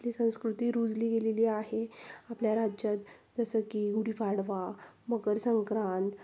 आपली संस्कृती रुजली गेलेली आहे आपल्या राज्यात जसं की गुढीपाडवा मकरसंक्रांत